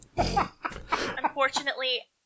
unfortunately